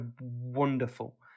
wonderful